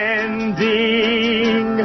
ending